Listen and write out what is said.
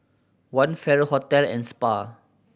One Farrer Hotel and Spa